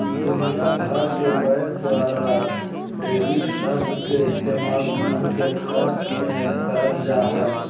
दुनिया भर के बैंक द्वारा डेबिट शब्द के इस्तेमाल धन के खर्च मे करल जा हय